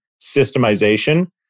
systemization